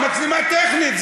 מצלמה טכנית,